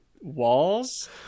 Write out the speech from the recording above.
walls